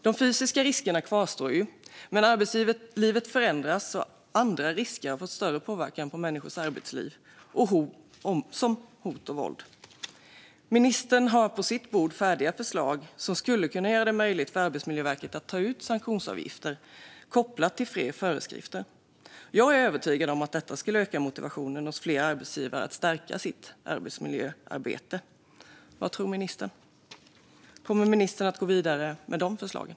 De fysiska riskerna kvarstår ju, men arbetslivet förändras och andra risker har fått större påverkan på människors arbetsliv, som hot och våld. Ministern har på sitt bord färdiga förslag som skulle kunna göra det möjligt för Arbetsmiljöverket att ta ut sanktionsavgifter kopplat till fler föreskrifter. Jag är övertygad om att detta skulle öka motivationen hos fler arbetsgivare att stärka sitt arbetsmiljöarbete. Vad tror ministern? Kommer ministern att gå vidare med de förslagen?